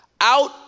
out